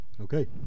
Okay